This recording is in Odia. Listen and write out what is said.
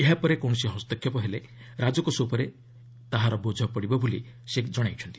ଏହାପରେ କୌଣସି ହସ୍ତକ୍ଷେପ ନେଲେ ରାଜକୋଷ ଉପରେ ଅଧିକ ବୋଝ ପଡ଼ିବ ବୋଲି ସେ କହିଛନ୍ତି